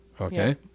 okay